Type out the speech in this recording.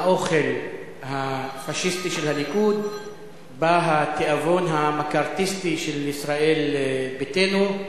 עם האוכל הפאשיסטי של הליכוד בא התיאבון המקארתיסטי של ישראל ביתנו.